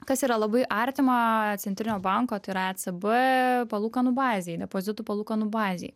kas yra labai artima centrinio banko tai yra ecb palūkanų bazei depozitų palūkanų bazei